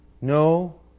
no